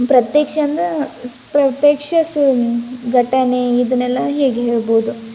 ಪ್ರತ್ಯಕ್ಷ ಅಂದರೆ ಪ್ರತ್ಯಕ್ಷ ಸು ಘಟನೆ ಇದನೆಲ್ಲ ಹೇಗೆ ಹೇಳ್ಬೋದು